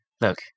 Look